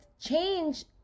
change